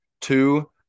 two